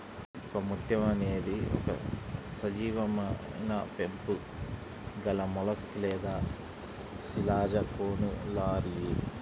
ఒకముత్యం అనేది ఒక సజీవమైనపెంకు గలమొలస్క్ లేదా శిలాజకోనులారియిడ్